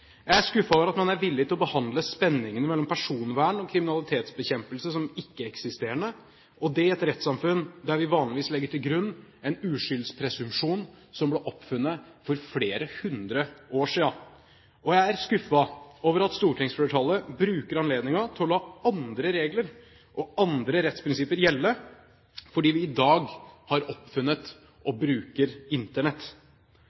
Jeg er skuffet over at man er villig til å behandle spenningen mellom personvern og kriminalitetsbekjempelse som ikke-eksisterende – og dét i et rettssamfunn der vi vanligvis legger til grunn en uskyldspresumpsjon som ble oppfunnet for flere hundre år siden. Og jeg er skuffet over at stortingsflertallet bruker anledningen til å la andre regler og andre rettsprinsipper gjelde fordi vi i dag har oppfunnet